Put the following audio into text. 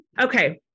Okay